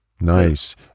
nice